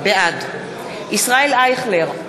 בעד ישראל אייכלר,